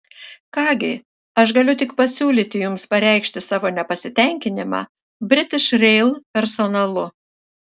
ką gi aš galiu tik pasiūlyti jums pareikšti savo nepasitenkinimą british rail personalu